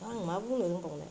आं मा बुंनो रोंबावनो